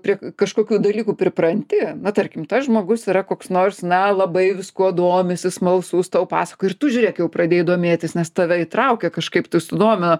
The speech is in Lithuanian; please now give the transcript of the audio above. prie kažkokių dalykų pripranti na tarkim tas žmogus yra koks nors na labai viskuo domisi smalsus tau pasakoja ir tu žiūrėk jau pradėjai domėtis nes tave įtraukia kažkaip tai sudomino